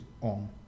on